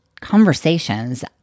conversations